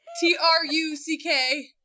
T-R-U-C-K